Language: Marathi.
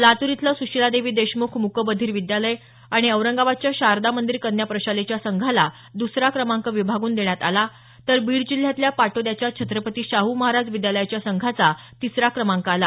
लातूर इथलं सुशिलादेवी देशमुख मुकबधीर विद्यालय आणि औरंगाबादच्या शारदा मंदीर कन्या प्रशालेच्या संघाला द्सरा क्रमांक विभागून देण्यात आला तर बीड जिल्ह्यातल्या पाटोद्याच्या छत्रपती शाहू महाराज विद्यालयाच्या संघाचा तिसरा क्रमांक आला